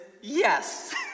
yes